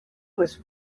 was